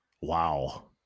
Wow